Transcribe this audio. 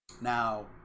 Now